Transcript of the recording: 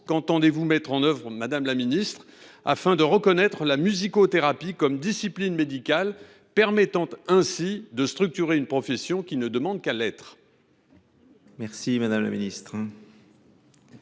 qu’entendez vous mettre en œuvre, madame la ministre, pour que la musicothérapie soit reconnue comme discipline médicale, permettant ainsi de structurer une profession qui ne demande qu’à l’être ?